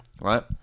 Right